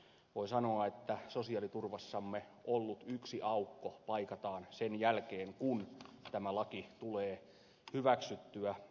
voi sanoa että sosiaaliturvassamme ollut yksi aukko paikataan sen jälkeen kun tämä laki tulee hyväksyttyä